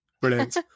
Brilliant